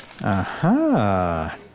Aha